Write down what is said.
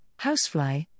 housefly